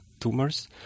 tumors